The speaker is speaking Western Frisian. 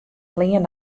klean